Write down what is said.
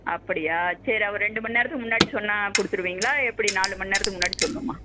அப்படியா சரி ஒரு ரெண்டு மணி நேரத்துக்கு முன்னாடி சொன்னால் கொடுத்துருவீங்களா எப்படி நாலு மணி நேரத்துக்கு முன்னாடி சொல்லணுமா